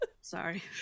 Sorry